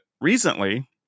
recently